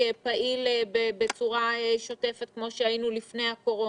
פעיל בצורה שוטפת כמו שהיינו לפני הקורונה?